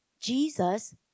Jesus